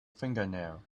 fingernail